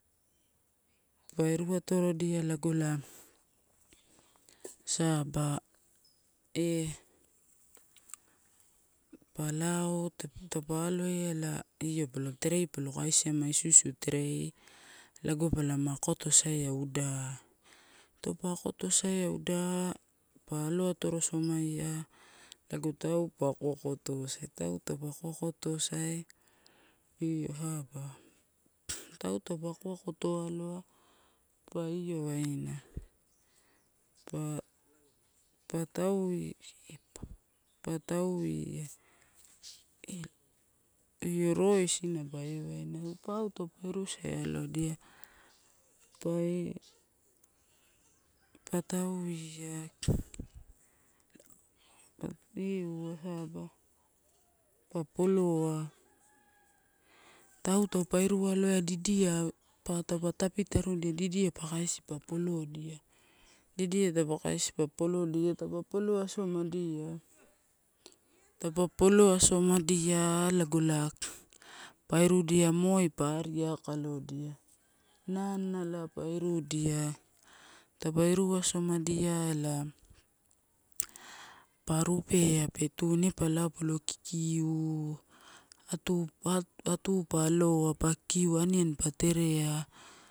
Pa iruatorodia lago la saba pa lao, tapa aloaia ela io terei palo kaisiama isuisu terei, lago palama akotosaia uda, taupe akotosia uda pa aloatorosomaia, lago pa ako akotosai, tau pa ako akotosai io sab tau taupe ako akoto aloa, pa io waina pa taui pa tauia io roe isina pa ewaina. Pau taupa urusai alodia, pa e pa tavia pa io u saba, pa poloa, tau taupe uru aloadia didia pa taupe tapitarudia diddia a kaisi p polodia, didia taupe kaisi pa polodia, taupe polo asomadia taupe pa polo asomadia lago ela, pa irudia moi pa ari akaloidia. Nanalaipa irudia, taupe iru asomadia ela pa rupea petu, ine pa lao palo kikiu, atu, atu pa aloa pa kikua aniani pa terea.